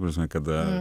ta prasme kada